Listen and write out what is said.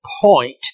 point